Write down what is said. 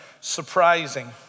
surprising